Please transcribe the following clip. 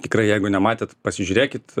tikrai jeigu nematėt pasižiūrėkit